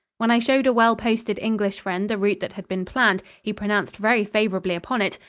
when i showed a well posted english friend the route that had been planned, he pronounced very favorably upon it,